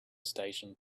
station